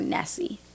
Nessie